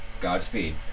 godspeed